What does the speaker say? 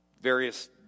various